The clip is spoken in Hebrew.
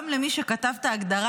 גם למי שכתב את ההגדרה,